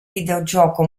videogioco